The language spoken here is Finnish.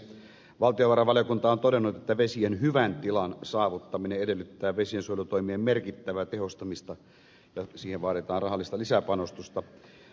valtiovarainvaliokunta on todennut että vesien hyvän tilan saavuttaminen edellyttää vesiensuojelutoimien merkittävää tehostamista ja siihen vaaditaan rahallista lisäpanostusta